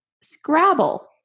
Scrabble